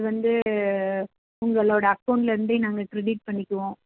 அது வந்து உங்களோட அக்கௌண்ட்லருந்தே நாங்க க்ரிடிட் பண்ணிக்குவோம்